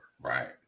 Right